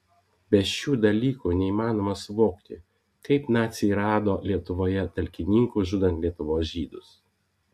be šių dalykų neįmanoma suvokti kaip naciai rado lietuvoje talkininkų žudant lietuvos žydus